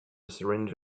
syringe